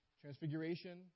Transfiguration